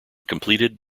completed